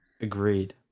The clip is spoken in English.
Agreed